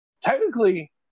technically